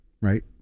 right